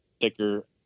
thicker